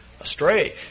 astray